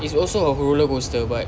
it's also a roller coaster but